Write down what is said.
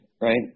right